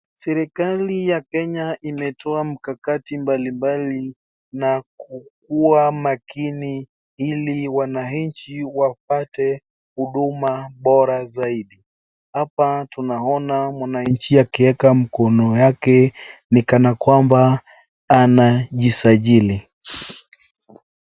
Serikali ya Kenya imetoa mkakati mbali mbali na kukuwa makini ili wananchi wapate huduma bora zaidi hapa tunaona mwananchi akiweka mkono wake ni kana kwamba anajisajili.